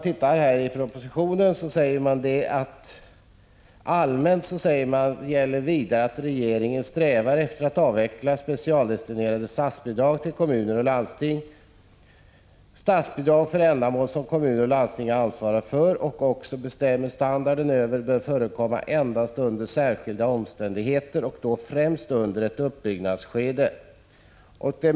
I propositionen framhålls att det allmänt gäller att regeringen strävar efter att avveckla specialdestinerade statsbidrag till kommuner och landsting. Statsbidrag för ändamål som kommuner och landsting ansvarar för och bestämmer standarden för bör, står det, förekomma endast under särskilda omständigheter och då främst under ett uppbyggnadsskede.